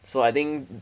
so I think